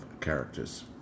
characters